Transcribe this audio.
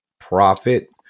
profit